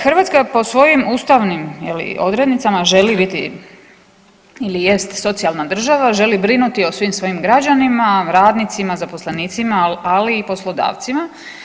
Hrvatska po svojim ustavnim odrednicama želi biti ili jest socijalna država, želi brinuti o svim svojim građanima, radnicima, zaposlenicima, ali i poslodavcima.